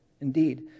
Indeed